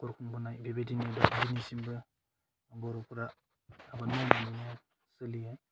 न'खर खुंबोनाय बेबायदिनो दिनिसिमबो बर'फोरा आबाद मावनानैहाय सोलियो